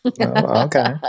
Okay